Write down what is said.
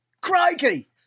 crikey